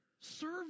serve